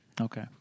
Okay